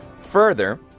Further